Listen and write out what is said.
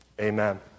Amen